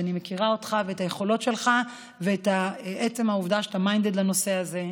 ואני מכירה אותך ואת היכולות שלך ואת עצם העובדה שאתה minded לנושא הזה,